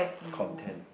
content